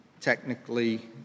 technically